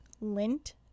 lint